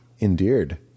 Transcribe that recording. Endeared